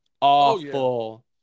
Awful